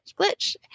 Glitch